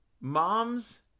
moms